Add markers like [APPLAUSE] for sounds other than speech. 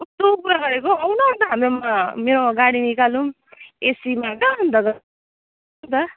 कस्तो कुरा गरेको आऊ न अन्त हाम्रोमा मेरो गाडी निकालौँ एसीमा [UNINTELLIGIBLE] जाऊँ न त [UNINTELLIGIBLE]